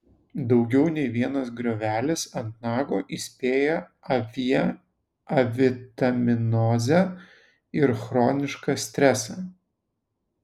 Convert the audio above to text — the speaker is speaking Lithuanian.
daugiau nei vienas griovelis ant nago įspėja avie avitaminozę ir chronišką stresą